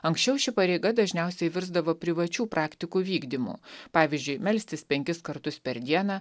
anksčiau ši pareiga dažniausiai virsdavo privačių praktikų vykdymu pavyzdžiui melstis penkis kartus per dieną